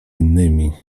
innymi